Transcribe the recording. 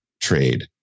trade